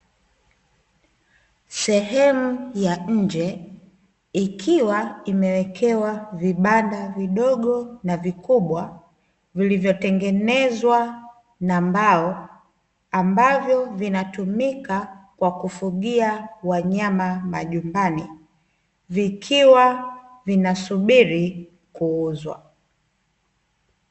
Sehemu ya nje, ikiwa imewekewa vibanda vidogo na vikubwa, vilivyotengenezwa na mbao, ambavyo vinatumika kwa kufugia wanyama majumbani, vikiwa vinasubiri kuuzwa.